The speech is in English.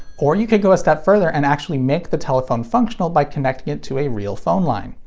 or, you could go a step further and actually make the telephone functional by connecting it to a real phone line.